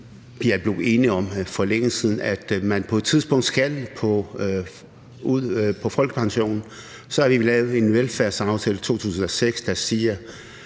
vi er blevet enige om for længe siden, altså at man på et tidspunkt skal på folkepension. Så har vi lavet en velfærdsaftale i 2006 om,